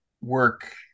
work